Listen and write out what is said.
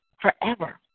forever